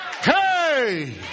Hey